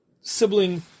sibling